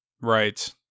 Right